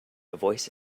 voice